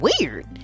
weird